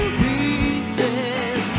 pieces